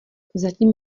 zatím